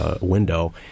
window